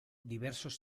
diversos